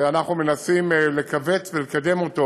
ואנחנו מנסים לכווץ ולקדם אותו